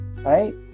right